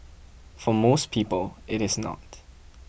for most people it is not